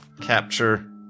capture